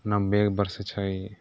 ने मेघ बरसै छै